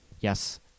Yes